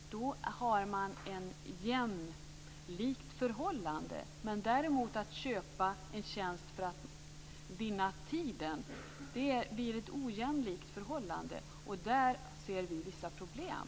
Då gäller det ett jämlikt förhållande. När någon köper en tjänst för att vinna tid blir det däremot ett ojämlikt förhållande, och där ser vi vissa problem.